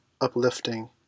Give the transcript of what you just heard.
uplifting